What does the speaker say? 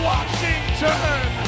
Washington